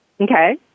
Okay